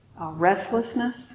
restlessness